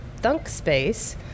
ThunkSpace